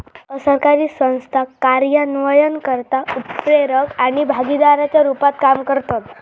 असरकारी संस्था कार्यान्वयनकर्ता, उत्प्रेरक आणि भागीदाराच्या रुपात काम करतत